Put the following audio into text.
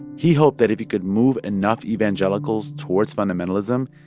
he hoped that if he could move enough evangelicals towards fundamentalism,